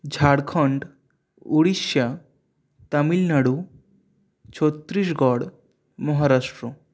Jharkhand Orissa Tamil Nadu Chhattisgarh Maharashtra